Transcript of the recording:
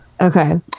okay